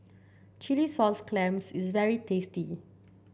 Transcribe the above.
Chilli Sauce Clams is very tasty